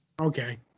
Okay